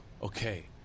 Okay